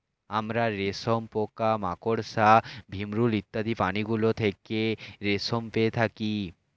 আমরা রেশম পোকা, মাকড়সা, ভিমরূল ইত্যাদি প্রাণীগুলো থেকে রেশম পেয়ে থাকি